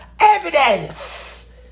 evidence